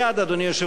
אדוני היושב-ראש,